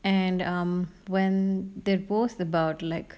and um when they both about like